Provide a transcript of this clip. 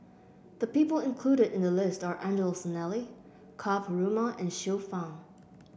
the people included in the list are Angelo Sanelli Ka Perumal and Xiu Fang